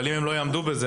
אבל אם הם לא יעמדו בזה?